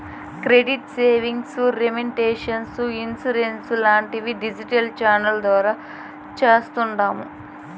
credit savings, remittance, insurance లాంటివి digital ఛానెల్ల ద్వారా చేస్తాండాము